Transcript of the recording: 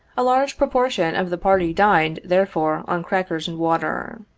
a large proportion of the party dined, therefore, on crackers and water.